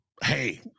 Hey